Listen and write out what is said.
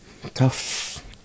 tough